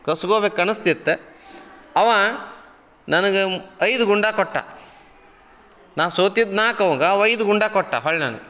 ಕಸ್ಕೊಬೇಕನಸ್ತಿತ್ತಾ ಅವ ನನಗೆ ಐದು ಗುಂಡು ಕೊಟ್ಟ ನಾ ಸೋತಿದ್ದು ನಾಲ್ಕವಂಗ ಅವ ಐದು ಗುಂಡು ಕೊಟ್ಟ ಹೊಳ್ಯವ್ನ್